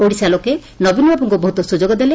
ଓଡିଶା ଲୋକେ ନବୀନବାବୁଙ୍ଙୁ ବହୁତ ସୁଯୋଗ ଦେଲେ